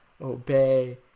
obey